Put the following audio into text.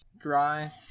Dry